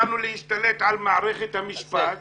באנו להשתלט על מערכת המשפט